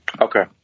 Okay